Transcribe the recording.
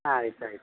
ಆಯ್ತು ಆಯ್ತು